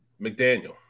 McDaniel